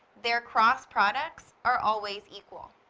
their cross products are always equal.